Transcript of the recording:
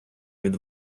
від